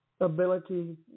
ability